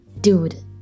Dude